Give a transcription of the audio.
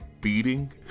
beating